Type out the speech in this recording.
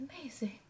amazing